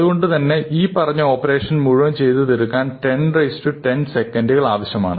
അതുകൊണ്ടുതന്നെ ഈ പറഞ്ഞ ഓപ്പറേഷൻ മുഴുവൻ ചെയ്തു തീർക്കാൻ 10 10 സെക്കൻഡുകൾ ആവശ്യമാണ്